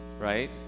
right